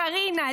קרינה,